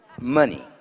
Money